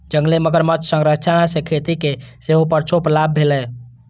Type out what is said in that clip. जंगली मगरमच्छ संरक्षण सं खेती कें सेहो परोक्ष लाभ भेलैए